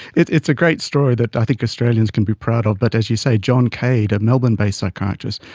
it's it's a great story that i think australians can be proud of. but as you say, john cade, a melbourne-based psychiatrist,